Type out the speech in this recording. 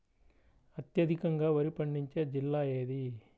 అత్యధికంగా వరి పండించే జిల్లా ఏది?